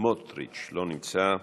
לא נמצא.